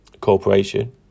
corporation